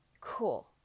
cool